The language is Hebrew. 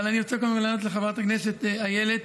אבל אני רוצה קודם לענות לחברת הכנסת איילת